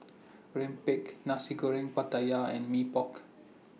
Rempeyek Nasi Goreng Pattaya and Mee Pok